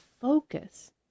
focus